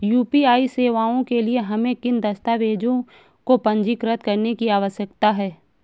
UPI सेवाओं के लिए हमें किन दस्तावेज़ों को पंजीकृत करने की आवश्यकता है?